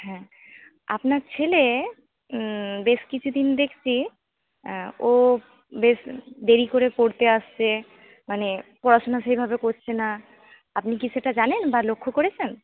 হ্যাঁ আপনার ছেলে বেশ কিছুদিন দেখছি ও বেশ দেরি করে পড়তে আসছে মানে পড়াশোনা সেইভাবে করছে না আপনি কি সেটা জানেন বা লক্ষ্য করেছেন